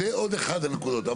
זה עוד אחת הנקודות.